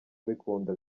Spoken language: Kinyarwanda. abikunda